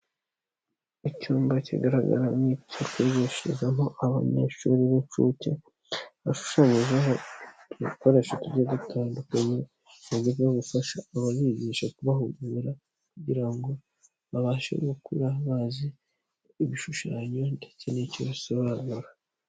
Icyumba kigaragara nk'icyo kwigishirizamo abanyeshuri b'inshuke, hashushanyijeho ibikoresho bigiye bitandukanye mu buryo gufasha ababigisha kubahugura kugira ngo babashe gukura bazi ibishushanyo ndetse n'icyo basobanura.